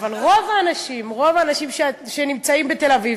אבל רוב האנשים, רוב האנשים שנמצאים בתל-אביב,